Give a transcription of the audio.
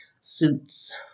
suits